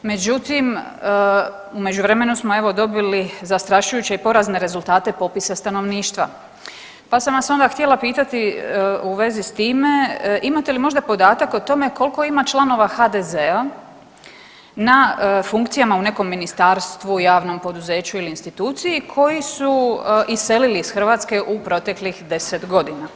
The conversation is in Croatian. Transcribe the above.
Međutim, u međuvremenu smo dobili zastrašujuće i porazne rezultate popisa stanovništva, pa sam vas onda htjela pitati u vezi s time, imate li možda podatak o tome koliko ima članova HDZ-a na funkcijama u nekom ministarstvu, javnom poduzeću ili instituciji koji su iselili iz Hrvatske u proteklih 10 godina.